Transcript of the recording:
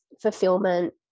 Fulfillment